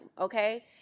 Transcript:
okay